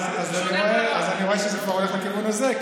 אז אני רואה שזה כבר הולך לכיוון הזה,